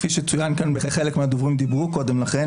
כפי שצוין חלק וחלק מהדוברים דיברו קודם לכן,